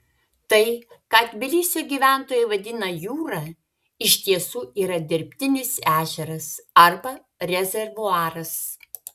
tai ką tbilisio gyventojai vadina jūra iš tiesų yra dirbtinis ežeras arba rezervuaras